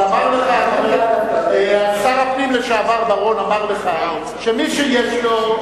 אבל שר הפנים לשעבר בר-און אמר לך שמי שיש לו,